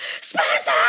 Spencer